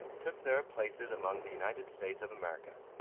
took their places among the united states of america.